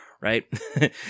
right